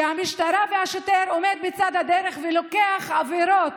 השוטר עומד בצד הדרך ולוקח עבירות,